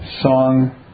song